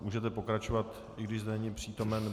Můžete pokračovat, i když není přítomen.